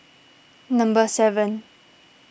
number seven